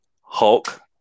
Hulk